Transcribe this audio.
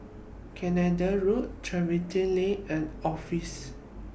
Canada Road Tiverton Lane and Office Road